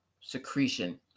secretion